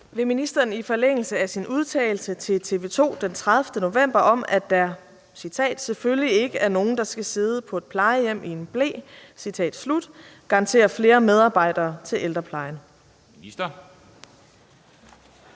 Vil ministeren i forlængelse af sin udtalelse til TV 2 den 30. november om, at »der selvfølgelig ikke er nogen, der skal sidde på et plejehjem i en ble«, garantere flere medarbejdere til ældreplejen?